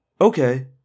okay